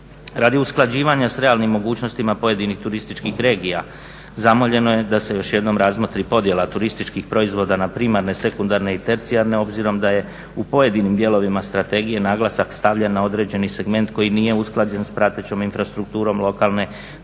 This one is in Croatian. Radi usklađivanja sa realnim mogućnostima pojedinih turističkih regija zamoljeno je da se još jednom razmotri podjela turističkih proizvoda na primarne, sekundarne i tercijarne obzirom da je u pojedinim dijelovima strategije naglasak stavljen na određeni segment koji nije usklađen sa pratećom infrastrukturom lokalne turističke